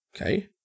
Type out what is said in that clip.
okay